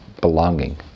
belonging